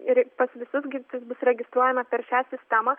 ir pas visus gydytojus bus registruojama per šią sistemą